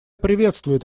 приветствует